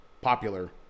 popular